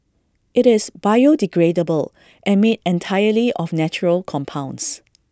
IT is biodegradable and made entirely of natural compounds